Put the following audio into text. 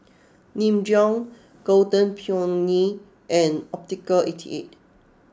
Nin Jiom Golden Peony and Optical Eighty Eight